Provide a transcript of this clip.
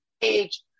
age